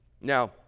Now